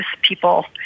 people